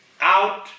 out